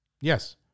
Yes